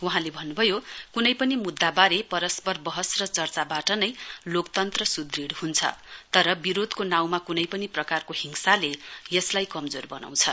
वहाँले भन्नुभयो कुनै पनि मुद्धाबारे परस्पर बहस र चर्चाबाट नै लोकतन्त्र सुदृढ हुन्छ तर विरोधको नाँउमा कुनै पनि प्रकारको हिंसाले यसलाई कमजोर बनाउँछ